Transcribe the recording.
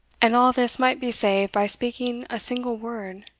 and all this might be saved by speaking a single word.